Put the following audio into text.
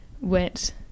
went